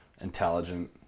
intelligent